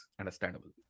understandable